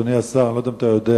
אדוני השר, אני לא יודע אם אתה יודע,